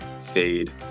fade